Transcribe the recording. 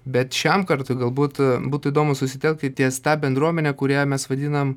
bet šiam kartui galbūt būtų įdomu susitelkti ties ta bendruomene kurią mes vadinam